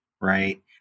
right